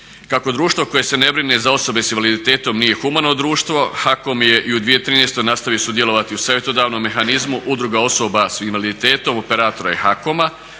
Kako društvo koje se ne brine za osobe sa invaliditetom nije humano društvo HAKOM je i u 2013. nastavio sudjelovati u savjetodavnom mehanizmu Udruga osoba sa invaliditetom, operatora i HAKOM-a.